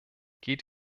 geht